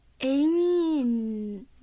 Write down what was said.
Amy